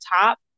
top